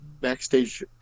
backstage